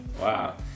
Wow